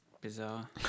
bizarre